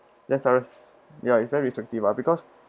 yes cyrus ya it's very restrictive lah because